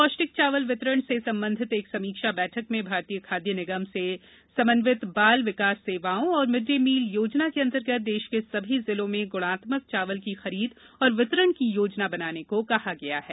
पौष्टिक चावल वितरण से संबंधित एक समीक्षा बैठक में भारतीय खाद्य निगम से समन्वित बाल विकास सेवाओं और मिड डे मील योजना के अन्तर्गत देश के सभी जिलों में गुणात्मक चावल की खरीद और वितरण की योजना बनाने को कहा गया है